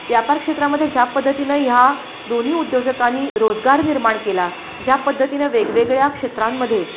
व्यापारक्षेत्रामध्ये ज्या पद्धतीनं ह्या दोन्ही उद्योजकांनी रोजगार निर्माण केला ज्या पद्धतीनं वेगवेगळ्या क्षेत्रांमध्ये